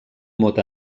mot